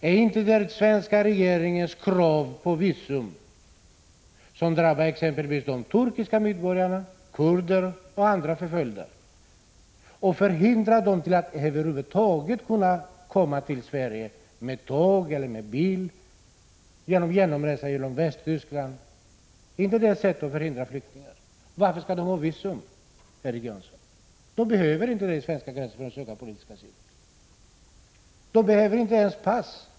Ärinte den svenska regeringens krav på visum, som drabbar exempelvis de turkiska medborgarna, kurder och andra förföljda och som hindrar dem från att över huvud taget kunna komma till Sverige med tåg eller bil genom Västtyskland, ett sätt att förhindra flyktingar att nå Sverige? Varför skall de ha visum, Erik Janson? De behöver inte uppvisa något visum vid den svenska gränsen för att söka politisk asyl. De behöver inte ens ha pass.